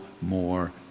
more